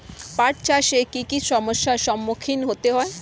পাঠ চাষে কী কী সমস্যার সম্মুখীন হতে হয়?